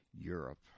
Europe